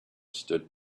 stood